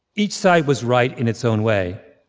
each side was right in its own way.